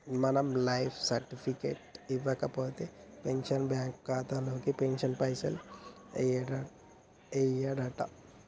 మనం life certificate ఇవ్వకపోతే pensioner bank ఖాతాలో పెన్షన్ పైసలు యెయ్యడంట